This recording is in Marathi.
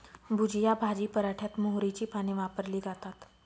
भुजिया भाजी पराठ्यात मोहरीची पाने वापरली जातात